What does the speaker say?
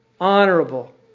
honorable